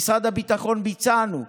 במשרד הביטחון ביצענו.